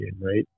right